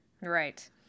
Right